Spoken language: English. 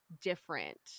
different